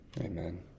Amen